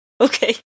Okay